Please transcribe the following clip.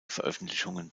veröffentlichungen